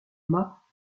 mâts